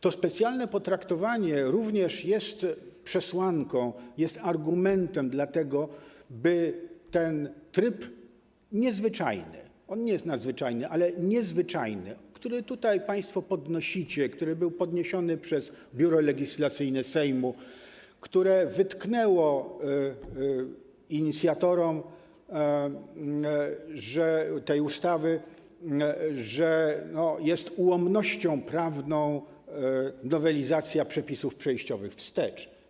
To specjalne potraktowanie również jest przesłanką, jest argumentem, by ten niezwyczajny tryb - on nie jest nadzwyczajny, ale i nie jest zwyczajny - którego temat państwo podnosicie i który był podniesiony przez Biuro Legislacyjne Sejmu, które wytknęło inicjatorom tej ustawy, że jest ułomnością prawną nowelizacja przepisów przejściowych wstecz.